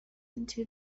into